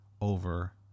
over